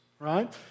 right